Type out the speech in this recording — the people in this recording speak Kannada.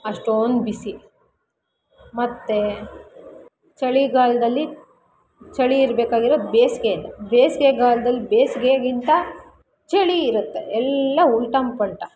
ಅಷ್ಟೊಂದು ಬಿಸಿ ಮತ್ತೆ ಚಳಿಗಾಲದಲ್ಲಿ ಚಳಿ ಇರ್ಬೇಕಾಗಿರೋದು ಬೇಸಿಗೆಯಲ್ಲಿ ಬೇಸ್ಗೆಗಾಲ್ದಲ್ಲಿ ಬೇಸಿಗೆಗಿಂತ ಚಳಿ ಇರುತ್ತೆ ಎಲ್ಲ ಉಲ್ಟಮ್ ಪಲ್ಟಾ